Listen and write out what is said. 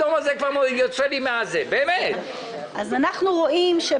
אנחנו רואים,